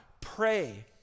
Pray